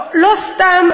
לא סתם,